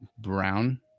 brown